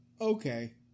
Okay